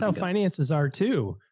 so finances are too.